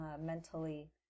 mentally